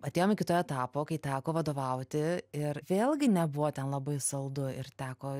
atėjom iki to etapo kai teko vadovauti ir vėlgi nebuvo ten labai saldu ir teko